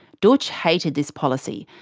dootch hated this policy,